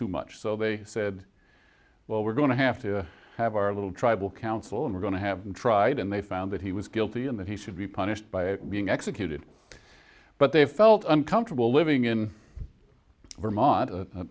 too much so they said well we're going to have to have our little tribal council and we're going to have been tried and they found that he was guilty and that he should be punished by being executed but they felt uncomfortable living in vermont